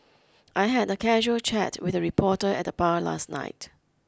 I had a casual chat with a reporter at the bar last night